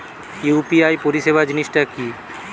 UPI পরিসেবা জিনিসটা কি?